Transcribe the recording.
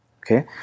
okay